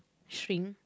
shrink